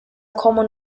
common